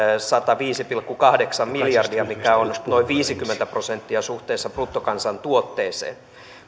sataviisi pilkku kahdeksan miljardia mikä on noin viisikymmentä prosenttia suhteessa bruttokansantuotteeseen